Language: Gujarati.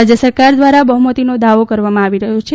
રાજયસ રકાર દ્વારા બહ્મતિનો દાવો કરવામાં આવી રહ્યો છે